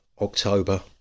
October